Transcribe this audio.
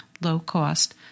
low-cost